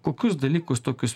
kokius dalykus tokius